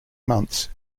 months